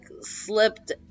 slipped